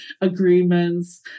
agreements